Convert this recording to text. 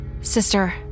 Sister